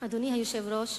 אדוני היושב-ראש,